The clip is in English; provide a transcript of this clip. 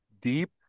deep